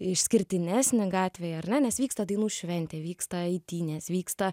išskirtinesnį gatvėje ar ne nes vyksta dainų šventė vyksta eitynės vyksta